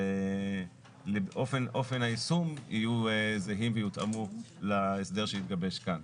ואופן היישום יהיו זהים ויותאמו להסדר שיתגבש כאן.